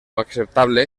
acceptable